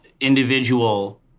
individual